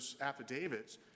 affidavits